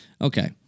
Okay